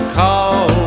call